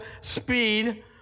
speed